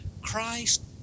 Christ